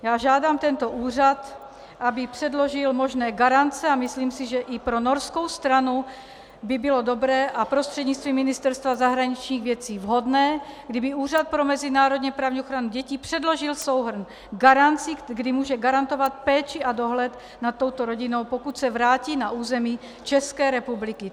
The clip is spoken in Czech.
Já žádám tento úřad, aby předložil možné garance, a myslím si, že i pro norskou stranu by bylo dobré, a prostřednictvím Ministerstva zahraničních věcí vhodné, kdyby Úřad pro mezinárodněprávní ochranu dětí předložil souhrn garancí, kdy může garantovat péči a dohled nad touto rodinou, pokud se vrátí na území České republiky.